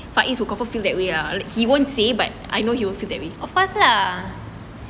faiz will confirm feel that way he won't say but I know he will feel that way